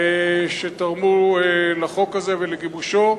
שתרמו לחוק הזה ולגיבושו.